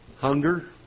Hunger